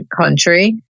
country